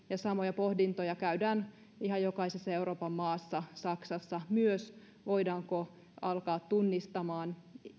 samoja pohdintoja käydään ihan jokaisessa euroopan maassa saksassa myös siitä voidaanko alkaa tunnistamaan